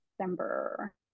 December